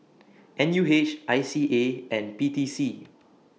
N U H I C A and P T C